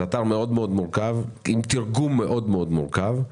זה אתר מאוד מאוד מורכב עם תרגום מאוד מאוד מורכב.